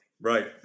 Right